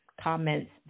comments